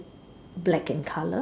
black in colour